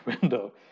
window